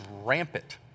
rampant